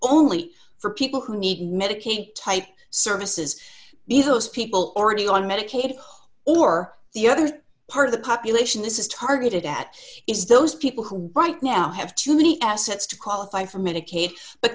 only for people who need medicaid type services be those people already on medicaid or the other part of the population this is targeted at is those people who right now have too many assets to qualify for medicaid but